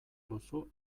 duzu